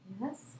Yes